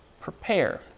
prepare